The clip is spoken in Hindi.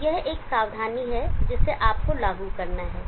तो यह एक सावधानी है जिसे आपको लागू करना है